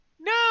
No